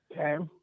Okay